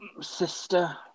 Sister